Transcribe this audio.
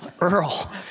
Earl